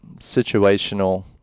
situational